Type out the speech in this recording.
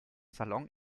salon